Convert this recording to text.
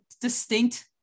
distinct